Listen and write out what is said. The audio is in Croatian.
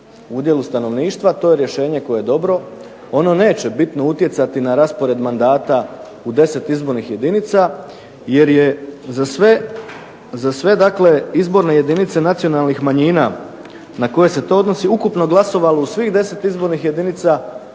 udjelu stanovništva. To je rješenje koje je dobro. Ono neće bitno utjecati na raspored mandata u 10 izbornih jedinica, jer je za sve, dakle izborne jedinice nacionalnih manjina na koje se to odnosi ukupno glasovalo u svih 10 izbornih jedinica onoliko